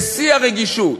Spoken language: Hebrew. בשיא הרגישות,